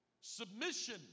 Submission